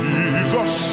Jesus